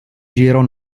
giro